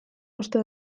uste